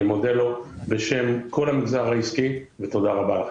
מודה לו בשם כל המגזר העסקי ותודה רבה לכם.